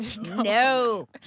No